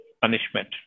punishment